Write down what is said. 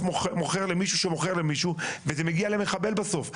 מוכר למישהו שמוכר למישהו וזה מגיע למחבל בסוף.